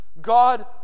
God